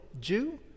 Jew